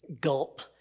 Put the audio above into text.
gulp